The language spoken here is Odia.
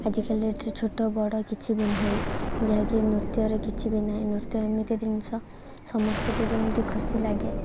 ଆଜିକାଲି ଏଠି ଛୋଟ ବଡ଼ କିଛି ବି ନାହିଁ ଯାହାକି ନୃତ୍ୟରେ କିଛି ବି ନାହିଁ ନୃତ୍ୟ ଏମିତି ଜିନିଷ ସମସ୍ତଙ୍କୁ ଯେମିତି ଖୁସି ଲାଗେ